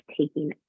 taking